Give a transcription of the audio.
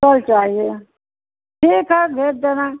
कल चाहिए ठीक है भेज देना